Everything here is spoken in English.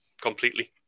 completely